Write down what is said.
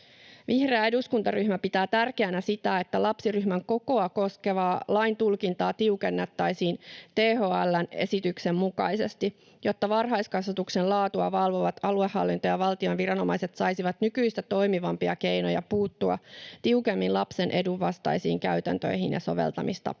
Vihreä eduskuntaryhmä pitää tärkeänä sitä, että lapsiryhmän kokoa koskevaa lain tulkintaa tiukennettaisiin THL:n esityksen mukaisesti, jotta varhaiskasvatuksen laatua valvovat aluehallinto- ja valtion viranomaiset saisivat nykyistä toimivampia keinoja puuttua tiukemmin lapsen edun vastaisiin käytäntöihin ja soveltamistapoihin.